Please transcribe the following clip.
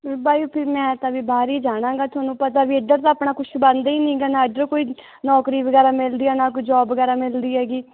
ਬਾਈ ਫਿਰ ਮੈਂ ਤਾਂ ਵੀ ਬਾਹਰ ਹੀ ਜਾਣਾ ਗਾ ਤੁਹਾਨੂੰ ਪਤਾ ਵੀ ਇੱਧਰ ਦਾ ਆਪਣਾ ਕੁਛ ਬਣਦਾ ਹੀ ਨਹੀਂ ਗਾ ਨਾ ਇੱਧਰੋਂ ਕੋਈ ਨੌਕਰੀ ਵਗੈਰਾ ਮਿਲਦੀ ਆ ਨਾ ਕੋਈ ਜੋਬ ਵਗੈਰਾ ਮਿਲਦੀ ਹੈਗੀ